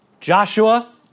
Joshua